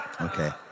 Okay